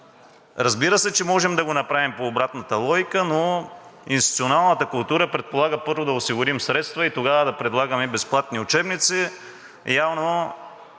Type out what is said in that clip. Разбира се, че може да го направим по обратната логика, но институционалната култура предполага първо да осигурим средства и тогава да предлагаме безплатни учебници.